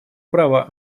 права